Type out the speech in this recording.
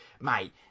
Mate